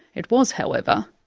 it was, however,